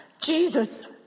Jesus